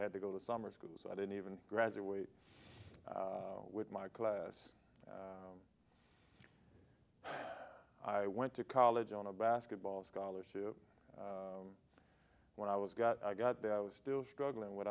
had to go to summer school so i didn't even graduate with my class i went to college on a basketball scholarship when i was got i got there i was still struggling with